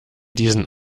diesen